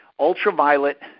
Ultraviolet